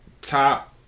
top